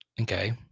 okay